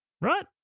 right